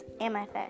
Amethyst